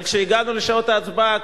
אבל כשהגענו לשעות ההצבעה,